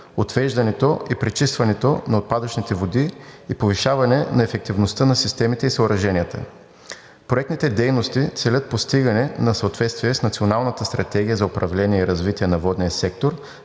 отвеждането и пречистването на отпадъчните води и повишаване на ефективността на системите и съоръженията. Проектните дейности целят постигане на съответствие с Националната стратегия за управление и развитие на водния сектор